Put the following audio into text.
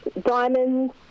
diamonds